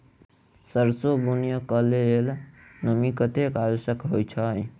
सैरसो बुनय कऽ लेल नमी कतेक आवश्यक होइ छै?